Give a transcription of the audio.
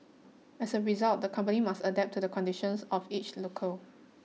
as a result the company must adapt to the conditions of each locale